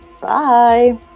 Bye